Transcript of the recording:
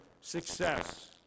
success